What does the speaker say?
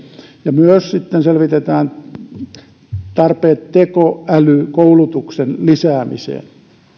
ja myös selvitetään tarpeet tekoälykoulutuksen lisäämiseen